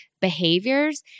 behaviors